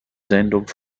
sendung